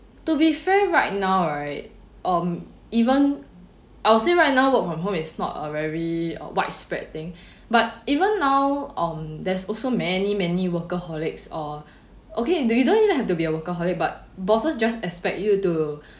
to be fair right now right um even I'd say right now work from home is not a very widespread thing but even now um there's also many many workaholics or okay you don't even have to be a workaholic but bosses just expect you to